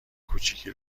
کوچیکی